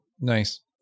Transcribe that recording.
nice